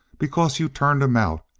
because you turned him out.